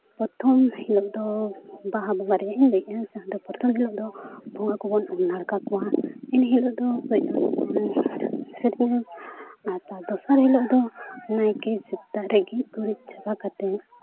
ᱯᱨᱚᱛᱷᱚᱢ ᱦᱤᱞᱳᱜ ᱫᱚ ᱵᱟᱦᱟ ᱵᱚᱸᱜᱟ ᱨᱮᱭᱟᱜ ᱤᱧ ᱞᱟᱹᱭᱮᱫᱼᱟ ᱡᱟᱦᱟᱸ ᱫᱚ ᱯᱨᱚᱛᱷᱚᱢ ᱦᱤᱞᱳᱜ ᱫᱚ ᱵᱚᱸᱜᱟ ᱠᱚᱵᱚᱱ ᱩᱢ ᱱᱟᱲᱠᱟ ᱠᱚᱣᱟ ᱮᱱ ᱦᱤᱞᱳᱜ ᱫᱚ ᱠᱟᱹᱡ ᱥᱮᱨᱮᱧᱟ ᱟᱨ ᱛᱟᱨ ᱫᱚᱥᱟᱨ ᱦᱤᱞᱳᱜ ᱫᱚ ᱱᱟᱭᱮ ᱥᱮᱛᱟᱜ ᱨᱮ ᱜᱮᱡ ᱜᱩᱨᱤᱡ ᱪᱟᱵᱟ ᱠᱟᱛᱮᱫ